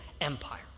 Empire